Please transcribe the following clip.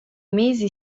mesi